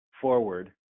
forward